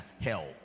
help